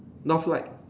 Northlight